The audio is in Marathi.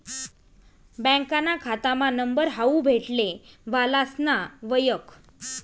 बँकाना खातामा नंबर हावू भेटले वालासना वयख